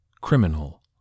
criminal